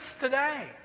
today